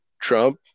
Trump